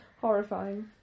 horrifying